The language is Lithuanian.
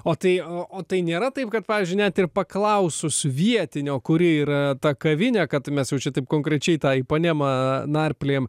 o tai o tai nėra taip kad pavyzdžiui net ir paklausus vietinio kuri yra ta kavinė kad mes jau čia taip konkrečiai tai ipanemą narpliojam